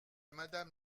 madame